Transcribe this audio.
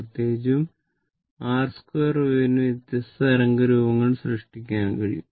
പ്രത്യേകിച്ചും r2wave ന് വ്യത്യസ്ത തരംഗ രൂപങ്ങൾ സൃഷ്ടിക്കാൻ കഴിയും